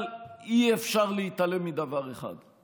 אבל אי-אפשר להתעלם מדבר אחד: